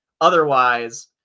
otherwise